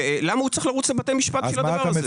צריך לרוץ לבתי משפט בגלל הדבר הזה?